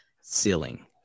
ceiling